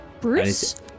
Bruce